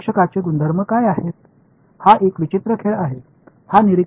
இப்போது இந்த பார்வையாளர்களின் பண்புகள் என்ன என்பது ஒரு விசித்திரமான விளையாட்டு